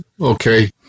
okay